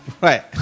Right